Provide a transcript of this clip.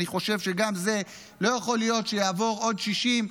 אני חושב שלא יכול להיות שיעברו עוד 60,